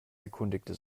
erkundigte